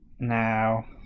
now